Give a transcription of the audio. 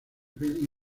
film